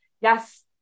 Yes